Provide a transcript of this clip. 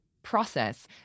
process